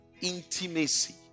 intimacy